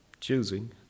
choosing